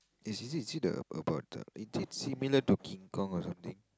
is it is it uh about the is it similar to King-Kong or something